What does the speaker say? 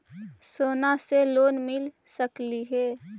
सोना से लोन मिल सकली हे?